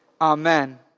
Amen